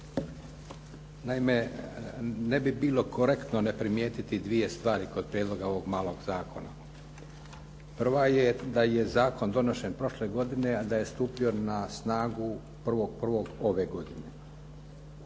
Naime, ne bi bilo korektno ne primijetiti dvije stvari kod prijedloga ovog malog zakona. Prva je da je zakon donesen prošle godine, a da je stupio na snagu 1. 1. ove godine.